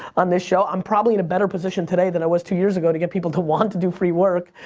on this show, i'm probably in a better position today than i was two years ago to get people to want to do free work.